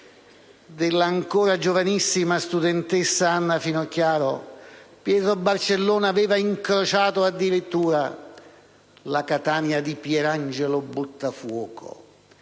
dell'ancora giovanissima studentessa Anna Finocchiaro, Pietro Barcellona aveva incrociato addirittura la Catania di Pietrangelo Buttafuoco.